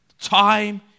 Time